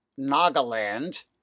Nagaland